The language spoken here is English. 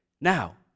Now